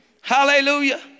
hallelujah